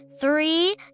three